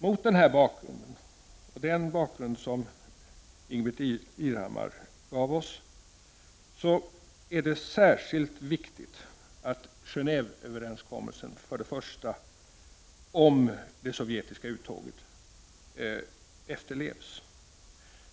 Mot den här bakgrunden och den bakgrund som Ingbritt Irhammar skildrade är det viktigt för det första att Gentveöverenskommelsen om det sovjetiska uttåget efterlevs.